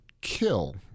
kill